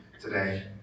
today